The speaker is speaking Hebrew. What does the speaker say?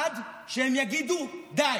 עד שהם יגידו: די,